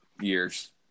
years